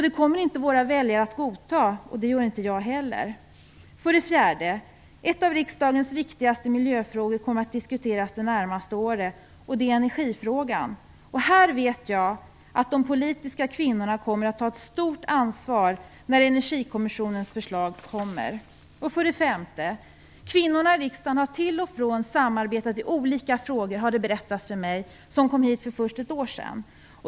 Det kommer inte våra väljare att godta, och inte jag heller. För det fjärde: En av de viktigaste miljöfrågor som kommer att diskuteras i riksdagen under det närmaste året är energin. Här vet jag att de politiska kvinnorna kommer att ta ett stort ansvar när Energikommissionens förslag föreligger. För det femte: Kvinnorna i riksdagen har till och från samarbetat i olika frågor, har det berättats för mig som kom hit först för ett år sedan.